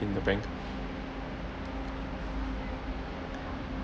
in the bank